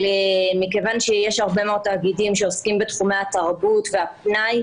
אבל מכיוון שיש הרבה מאוד תאגידים שעוסקים בתחומי התרבות והפנאי,